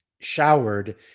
showered